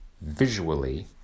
visually